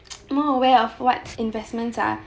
more aware of what investments are